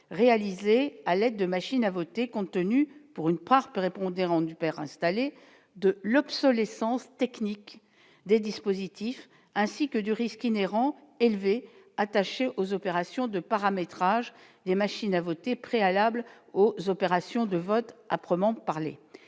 réalisé à l'aide de machines à voter, tenu pour une part prépondérante du père installé de l'obsolescence technique des dispositifs ainsi que du risque inhérent élevé attaché aux opérations de paramétrage des machines à voter préalables aux opérations de vote âprement par le